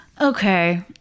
Okay